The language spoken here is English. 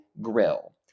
grill